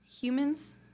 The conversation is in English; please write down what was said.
humans